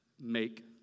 make